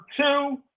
two